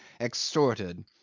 extorted